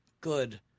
good